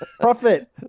Profit